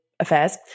Affairs